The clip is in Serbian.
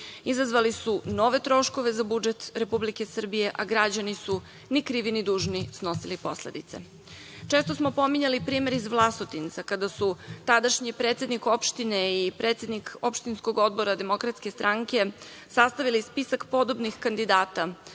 izazvali su nove troškove za budžet Republike Srbije, a građani su ni krivi ni dužni snosili posledice. Često smo pominjali primer iz Vlasotinca, kada su tadašnji predsednik opštine i predsednik opštinskog Odbora DS sastavili spisak podobnih kandidata